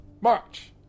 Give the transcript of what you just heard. March